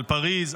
על פריז,